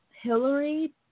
Hillary